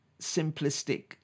simplistic